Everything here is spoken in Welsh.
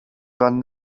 ran